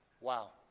Wow